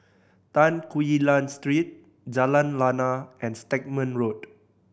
Tan Quee Lan Street Jalan Lana and Stagmont Road